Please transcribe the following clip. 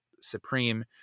supreme